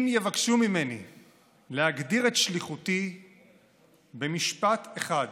אם יבקשו ממני להגדיר את שליחותי במשפט אחד,